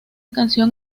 canción